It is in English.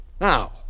Now